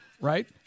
right